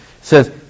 says